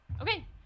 Okay